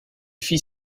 fit